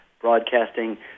broadcasting